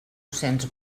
cents